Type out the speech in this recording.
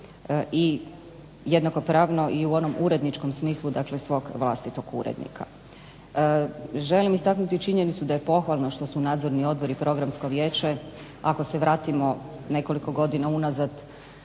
će jednakopravno i u onom uredničkom smislu svog vlastitog urednika. Želim istaknuti činjenicu da je pohvalno što su Nadzorni odbor i Programsko vijeće, ako se vratimo nekoliko godina unazad,